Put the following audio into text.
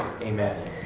Amen